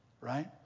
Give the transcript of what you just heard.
right